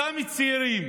אותם צעירים